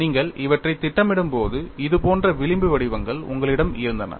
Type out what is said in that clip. நீங்கள் இவற்றைத் திட்டமிடும்போது இது போன்ற விளிம்பு வடிவங்கள் உங்களிடம் இருந்தன